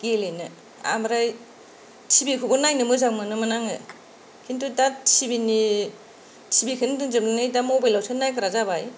गेलेनो ओमफ्राय टिभि खौबो नायनो मोजां मोनोमोन आङो खिनथु दा टिभि नि टिभि खौनो दोनजोबनानै दा मबाइल आवसो नायग्रा जाबाय